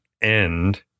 end